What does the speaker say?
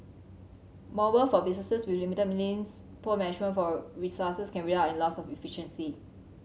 moreover for businesses with limited means poor management for resources can result in loss of efficiency